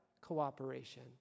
cooperation